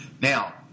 Now